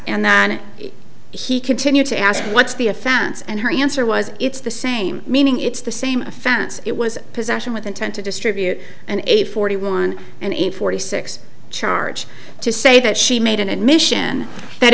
and then he continued to ask what's the offense and her answer was it's the same meaning it's the same offense it was possession with intent to distribute and a forty one and a forty six charge to say that she made an admission that